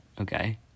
Okay